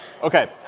Okay